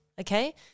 okay